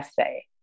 essay